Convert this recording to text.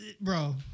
Bro